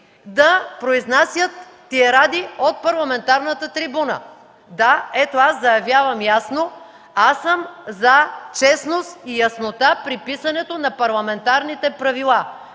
да произнасят тиради от парламентарната трибуна. Да, ето аз заявявам ясно. Аз съм за честност и яснота при писането на парламентарните правила.